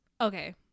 Okay